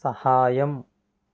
సహాయం